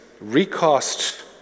recast